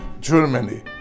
Germany